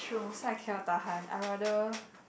so I cannot tahan I rather